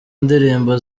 ndirimbo